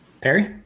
Perry